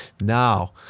Now